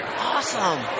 Awesome